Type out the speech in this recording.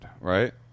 right